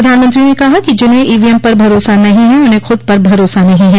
प्रधानमंत्री ने कहा कि जिन्हे ईवीएम पर भरोसा नही है उन्हें खुद पर भरोसा नहीं है